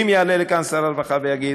אם יעלה לכאן שר הרווחה ויגיד: